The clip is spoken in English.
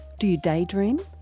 do you daydream,